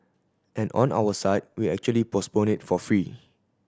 and on our side we actually postpone it for free